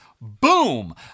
boom